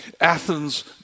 Athens